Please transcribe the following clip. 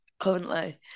currently